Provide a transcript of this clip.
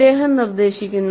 അദ്ദേഹം നിർദ്ദേശിക്കുന്നു